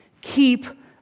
Keep